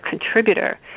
contributor